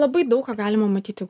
labai daug ką galima matyti